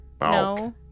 No